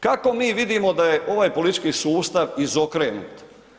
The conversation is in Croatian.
Kako mi vidimo da je ovaj politički sustav izokrenut?